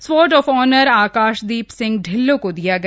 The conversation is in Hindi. sword of honour Akashdeep Singh Dhillon को दिया गया